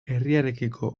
herriarekiko